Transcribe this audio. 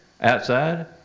Outside